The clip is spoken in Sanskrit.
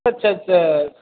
तच्च